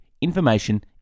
information